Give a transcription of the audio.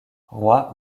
roy